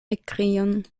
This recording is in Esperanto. ekkrion